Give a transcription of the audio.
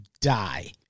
die